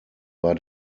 war